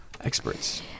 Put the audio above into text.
experts